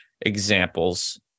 examples